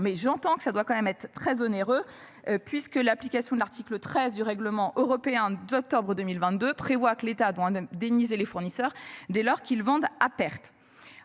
mais j'entends que ça doit quand même être très onéreux. Puisque l'application de l'article 13 du règlement européen d'octobre 2022 prévoit que l'État doit d'indemniser les fournisseurs dès lors qu'ils vendent à perte.